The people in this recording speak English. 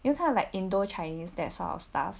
you kind of like indo~ chinese that sort of stuff